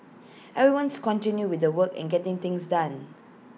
everyone's continuing with the work and getting things done